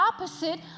opposite